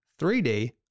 3D